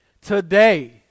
Today